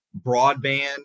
broadband